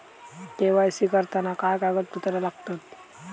KYC करताना काय कागदपत्रा लागतत?